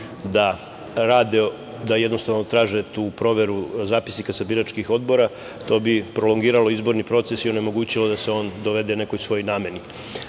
dozvolili da traže tu proveru zapisnika sa biračkih odbora, to bi prolongiralo izborni proces i onemogućilo da se on dovede nekoj svojoj nameni. To